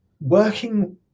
working